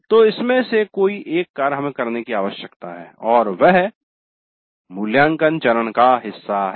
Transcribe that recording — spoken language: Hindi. तो इनमें से कोई एक कार्य हमें करने की आवश्यकता है और वह मूल्यांकन चरण का हिस्सा है